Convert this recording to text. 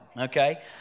okay